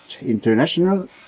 international